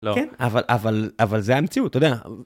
לא אבל אבל אבל זה המציאות אתה יודע